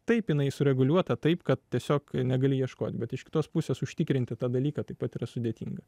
taip jinai sureguliuota taip kad tiesiog negali ieškot bet iš kitos pusės užtikrinti tą dalyką taip pat yra sudėtinga